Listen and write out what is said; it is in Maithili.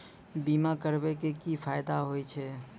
बीमा करबै के की फायदा होय छै?